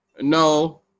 No